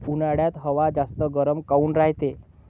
उन्हाळ्यात हवा जास्त गरम काऊन रायते?